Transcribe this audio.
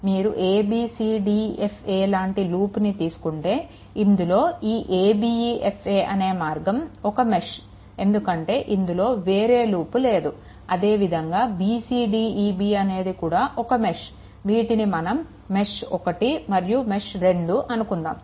మీరు a b c d e f a లాంటి లూప్ని తీసుకుంటే ఇందులో ఈ a b e f a అనే మార్గం ఒక మెష్ ఎందుకంటే ఇందులో వేరే లూప్ లేదు అదే విధంగా b c d e b అనేది కూడా ఒక మెష్ వీటిని మనం మెష్1 మరియు మెష్ 2 అనుకుందాము